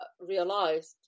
realized